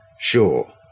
Sure